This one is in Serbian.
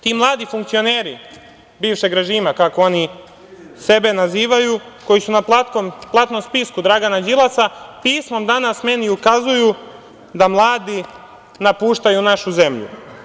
Ti mladi funkcioneri bivšeg režima, kako oni sebe nazivaju, koji su na platnom spisku Dragana Đilasa, pismom danas meni ukazuju da mladi napuštaju našu zemlju.